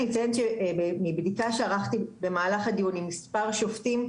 אני אציין שמבדיקה שערכתי במהלך הדיון עם מספר שופטים,